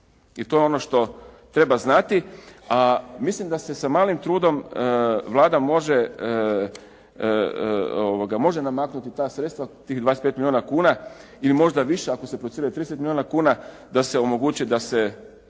i to je ono što treba znati. A mislim da se sa malim trudom Vlada može namaknuti ta sredstva, tih 25 milijuna kuna ili možda više ako se procijeni na 30 milijuna da se omogući da se